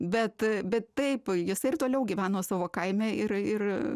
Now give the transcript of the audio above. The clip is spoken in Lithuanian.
bet a bet taip jisai ir toliau gyveno savo kaime ir ir